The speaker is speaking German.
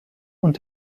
und